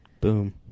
Boom